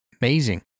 Amazing